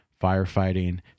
firefighting